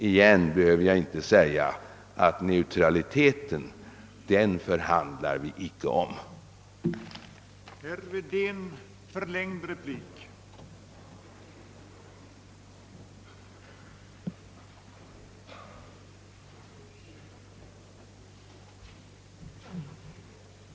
Att vi dock inte förhandlar om neutraliteten behöver jag inte upprepa.